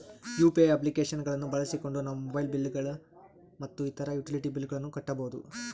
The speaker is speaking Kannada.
ಯು.ಪಿ.ಐ ಅಪ್ಲಿಕೇಶನ್ ಗಳನ್ನ ಬಳಸಿಕೊಂಡು ನಾವು ಮೊಬೈಲ್ ಬಿಲ್ ಗಳು ಮತ್ತು ಇತರ ಯುಟಿಲಿಟಿ ಬಿಲ್ ಗಳನ್ನ ಕಟ್ಟಬಹುದು